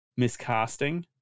miscasting